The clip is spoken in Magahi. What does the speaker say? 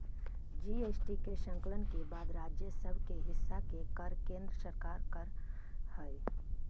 जी.एस.टी के संकलन के बाद राज्य सब के हिस्सा के कर केन्द्र सरकार कर हई